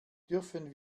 dürfen